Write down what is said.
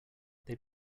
they